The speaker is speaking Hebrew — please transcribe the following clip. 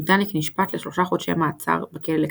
מיטניק נשפט לשלושה חודשי מעצר בכלא לקטינים.